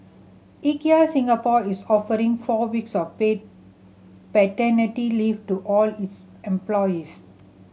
Ikea Singapore is offering four weeks of paid paternity leave to all its employees